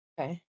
okay